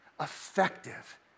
effective